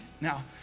Now